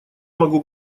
могу